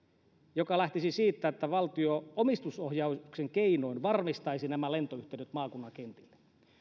joka lähtisi siitä että valtio omistusohjauksen keinoin varmistaisi nämä lentoyhteydet maakuntien kentille